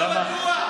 מה לא בטוח?